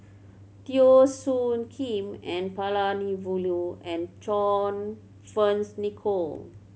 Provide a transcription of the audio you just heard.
Teo Soon Kim N Palanivelu and John Fearns Nicoll